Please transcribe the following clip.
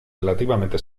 relativamente